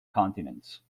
continents